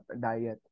diet